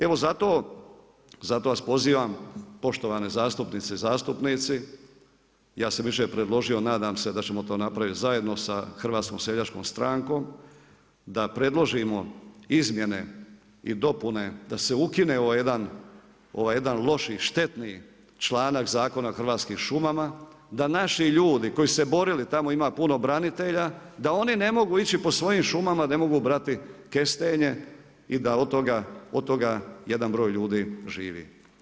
Evo zato vas pozivam poštovana zastupnice i zastupnici, ja sam jučer predložio, nadam se da ćemo to napraviti zajedno sa HSS-om, da predložimo izmjene i dopune da se ukine ovaj jedan loši i štetni članak Zakona o hrvatskim šumama, da naši ljudi koji su se borili, tamo ima puno branitelja, da oni ne mogu ići po svojim šumama, ne mogu brati kestenje i da od toga jedan broj ljudi živi.